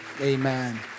Amen